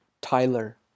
Tyler